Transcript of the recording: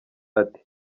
ati